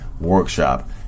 Workshop